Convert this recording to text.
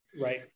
Right